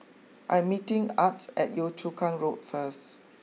I'm meeting Art at Yio Chu Kang Road first